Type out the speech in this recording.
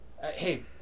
Hey